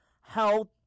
health